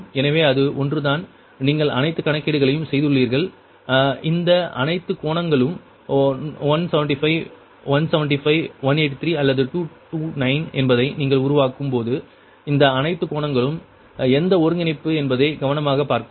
எனவே இது ஒன்றுதான் நீங்கள் அனைத்து கணக்கீடுகளையும் செய்துள்ளீர்கள் இந்த அனைத்து கோணங்களும் 175 175 183 அல்லது 229 என்பதை நீங்கள் உருவாக்கும் போது இந்த அனைத்து கோணங்களும் எந்த ஒருங்கிணைப்பு என்பதை கவனமாக பார்க்கவும்